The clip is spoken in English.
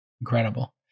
Incredible